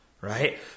right